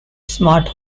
smart